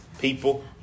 people